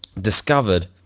discovered